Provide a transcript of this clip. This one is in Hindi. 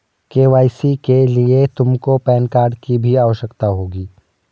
के.वाई.सी के लिए तुमको पैन कार्ड की भी आवश्यकता होगी